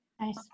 Nice